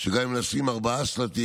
שגם אם נשים ארבעה שלטים,